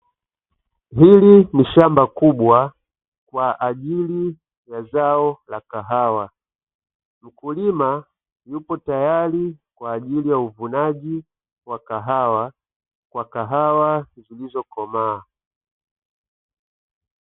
Hili ni shamba kubwa kwa ajili ya zao la kahawa, mkulima yupo tayari kwa ajili ya uvunaji wa kahawa zilizokomaa.